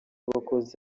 abakozi